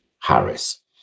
harris